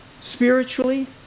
spiritually